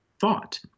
thought